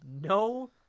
no –